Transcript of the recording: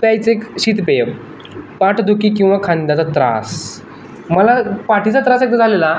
प्यायचं एक शीत पेय पाठदुखी किंवा खांद्याचा त्रास मला पाठीचा त्रास एकदा झालेला